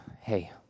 hey